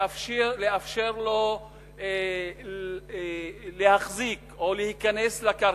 לאפשר לו להחזיק או להיכנס לקרקע,